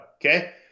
okay